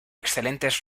excelentes